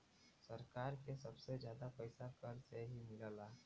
सरकार के सबसे जादा पइसा कर से ही मिलला